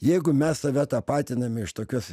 jeigu mes save tapatiname iš tokios